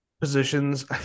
positions